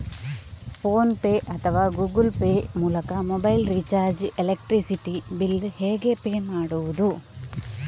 Phone pay ಅಥವಾ Google Pay ಮೂಲಕ mobile recharge, electricity bill ಹೇಗೆ ಪೇ ಮಾಡುವುದು?